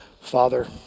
Father